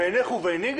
בינך וביני,